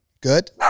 Good